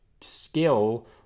skill